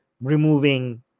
removing